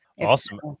Awesome